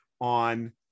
on